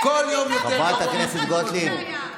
חברת הכנסת גוטליב,